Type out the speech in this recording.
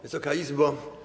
Wysoka Izbo!